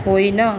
होइन